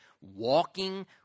walking